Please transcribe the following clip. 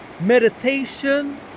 Meditation